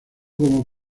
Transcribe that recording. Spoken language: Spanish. como